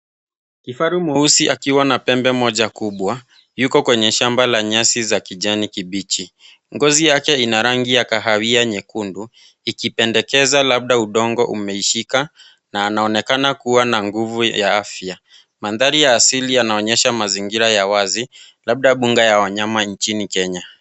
Kifaru mweusi akiwa na pembe moja kubwa yuko kwenye shamba la nyasi za kijani kibichi. Ngozi yake ina rangi ya kahawia nyekundu , ikipendekeza labda udongo umeishika na anaonekana kuwa na nguvu ya afya. Mandhari ya asili yanaonyesha mazingira ya wazi, labda mbuga la wanyama nchini Kenya.